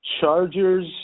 Chargers